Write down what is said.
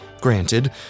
Granted